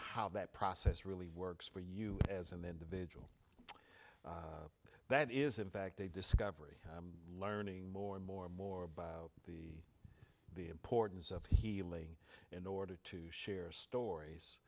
how that process really works for you as an individual that is in fact a discovery learning more and more more about the the importance of healing in order to share stories